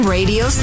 Radio